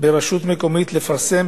ברשות מקומית לפרסם,